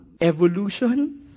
evolution